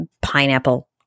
pineapple